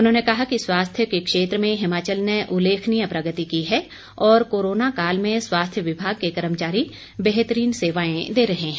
उन्होंने कहा कि स्वास्थ्य के क्षेत्र में हिमाचल ने उल्लेखनीय प्रगति की है और कोरोना काल में स्वास्थ्य विभाग के कर्मचारी बेहतरीन सेवाएं दे रहे हैं